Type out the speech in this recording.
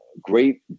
great